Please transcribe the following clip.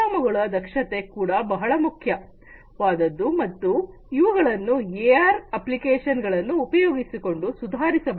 ಗೋದಾಮುಗಳ ದಕ್ಷತೆ ಕೂಡ ಬಹಳ ಮುಖ್ಯವಾದದ್ದು ಮತ್ತು ಇವುಗಳನ್ನು ಎಆರ್ ಅಪ್ಲಿಕೇಶನ್ನುಗಳನ್ನು ಉಪಯೋಗಿಸಿಕೊಂಡು ಸುಧಾರಿಸಬಹುದು